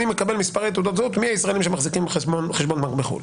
אני מקבל מספרי תעודות זהות מישראליים שמחזיקים חשבון בנק בחו"ל.